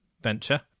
venture